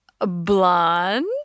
Blonde